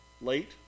late